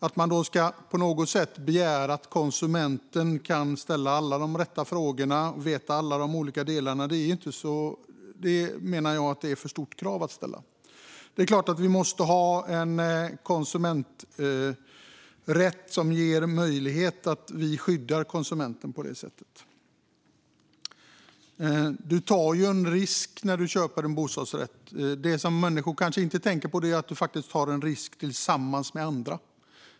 Att konsumenten ska veta en massa och kunna ställa alla de rätta frågorna är att kräva för mycket, så givetvis måste vi ha en konsumenträtt som ger möjlighet att skydda konsumenten. Man tar en risk när man köper en bostadsrätt, och det många inte tänker på är att man tar en risk tillsammans med andra.